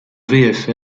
vfl